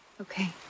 okay